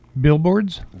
billboards